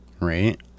Right